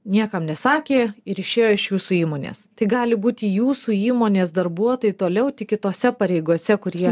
niekam nesakė ir išėjo iš jūsų įmonės tai gali būti jūsų įmonės darbuotojai toliau tik kitose pareigose kur jie